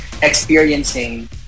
experiencing